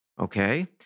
Okay